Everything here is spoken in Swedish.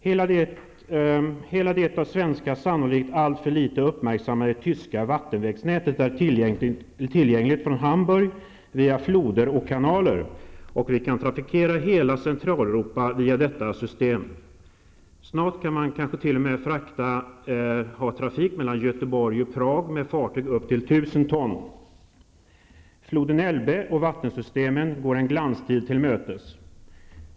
Hela det av svenskar sannolikt alltför litet uppmärksammade tyska vattenvägsnätet är tillgängligt från Hamburg via floder och kanaler, och vi kan trafikerna hela Centraleuropa via detta system. Snart kan man kanske t.o.m. trafikera vattenleden från Göteborg till Prag med fartyg på upp till 1 000 ton. Floden Elbe och vattensystemen går en glanstid till mötes.